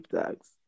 thanks